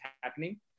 happening